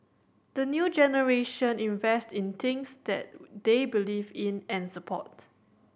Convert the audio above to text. the new generation invest in things that they believe in and support